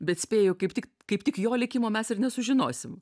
bet spėju kaip tik kaip tik jo likimo mes ir nesužinosim